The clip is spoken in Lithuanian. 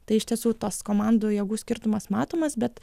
tai iš tiesų tas komandų jėgų skirtumas matomas bet